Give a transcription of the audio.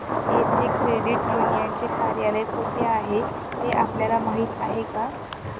येथे क्रेडिट युनियनचे कार्यालय कोठे आहे हे आपल्याला माहित आहे का?